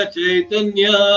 Chaitanya